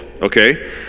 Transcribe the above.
Okay